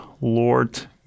Lord